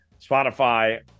Spotify